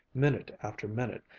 minute after minute,